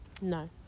No